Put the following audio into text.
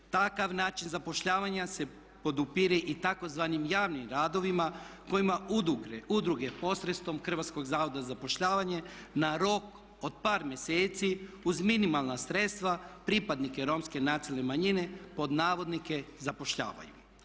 Takav način zapošljavanja se podupire i tzv. javnim radovima kojima udruge pod sredstvom Hrvatskog zavoda za zapošljavanje na rok od par mjeseci uz minimalna sredstva pripadnike Romske nacionalne manjine "zapošljavaju"